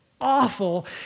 awful